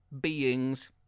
beings